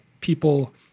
people